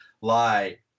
lie